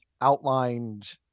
outlined